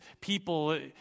people